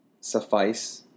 suffice